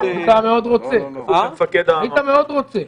היית מאוד רוצה.